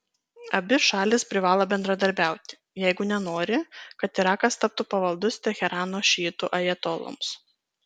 abi šalys privalo bendradarbiauti jeigu nenori kad irakas taptų pavaldus teherano šiitų ajatoloms